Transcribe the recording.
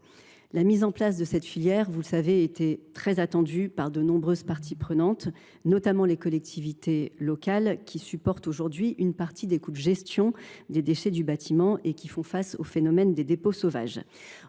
La mise en place de cette filière, vous le savez, était très attendue par de nombreuses parties prenantes, notamment les collectivités locales, qui supportent aujourd’hui une partie des coûts de gestion des déchets du bâtiment et font face au phénomène des dépôts sauvages.